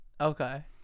Okay